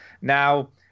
Now